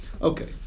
Okay